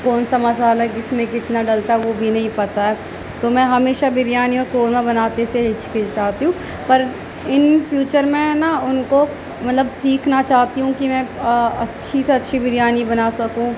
کون سا مسالا کس میں کتنا ڈلتا ہے وہ بھی نہیں پتا ہے تو میں ہمیشہ بریانی اور قورمہ بناتے سے ہچکچاتی ہوں پر ان فیوچر میں نہ ان کو مطلب سیکھنا چاہتی ہوں کہ میں اچھی سے اچھی بریانی بنا سکوں